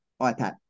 iPad